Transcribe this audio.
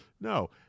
No